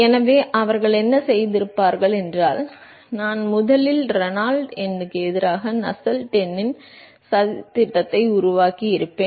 எனவே அவர்கள் என்ன செய்திருப்பார்கள் என்றால் நான் முதலில் ரேனால்ட்ஸ் எண்ணுக்கு எதிராக நஸ்ஸெல்ட் எண்ணின் சதித்திட்டத்தை உருவாக்கியிருப்பேன்